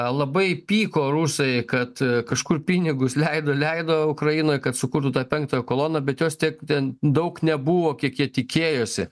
labai pyko rusai kad kažkur pinigus leido leido ukrainoj kad sukurtų tą penktąją koloną bet jos tiek ten daug nebuvo kiek jie tikėjosi